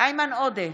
איימן עודה,